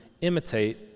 imitate